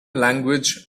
language